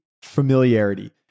familiarity